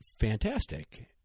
fantastic